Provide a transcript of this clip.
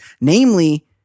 Namely